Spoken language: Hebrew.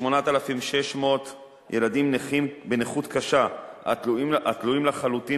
כ-8,600 ילדים נכים בנכות קשה התלויים לחלוטין